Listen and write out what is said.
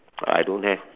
I don't have